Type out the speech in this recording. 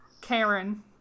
Karen